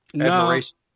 admiration